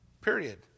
Period